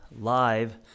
live